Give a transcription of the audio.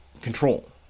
control